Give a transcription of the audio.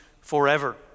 forever